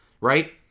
Right